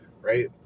right